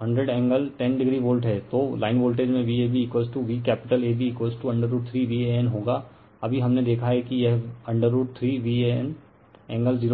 Van100 angle 10o volt है तो line voltage में VabV कैपिटल AB√3 Van होगा अभी हमने देखा है कि यह √3 Van एंगल 0o है